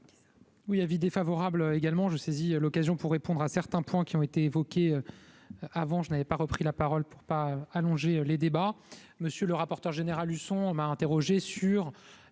Oui : avis défavorable également je saisis l'occasion pour répondre à certains points qui ont été évoqués avant je n'avais pas repris la parole pour pas allonger les débats, monsieur le rapporteur général Husson m'a interrogé sur